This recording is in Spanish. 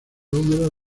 húmedo